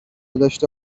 داشته